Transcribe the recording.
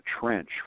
trench